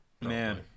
Man